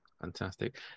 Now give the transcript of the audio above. Fantastic